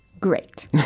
great